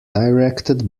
directed